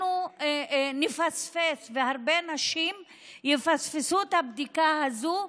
אנחנו נפספס, הרבה נשים יפספסו את הבדיקה הזאת.